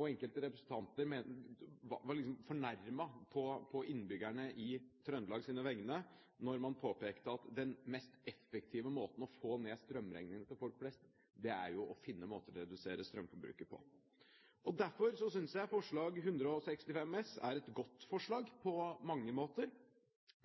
Og enkelte representanter var liksom fornærmet på vegne av innbyggerne i Trøndelag når man påpekte at den mest effektive måten å få ned strømregningen til folk flest på, er å finne måter å redusere strømforbruket på. Derfor synes jeg Representantforslag 8:165 S er et godt forslag på mange måter.